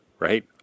right